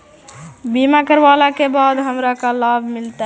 बीमा करवला के बाद हमरा का लाभ मिलतै?